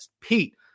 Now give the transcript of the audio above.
Pete